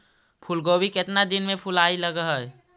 फुलगोभी केतना दिन में फुलाइ लग है?